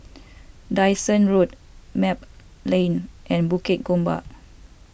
Dyson Road Map Lane and Bukit Gombak